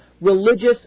religious